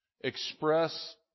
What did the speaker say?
express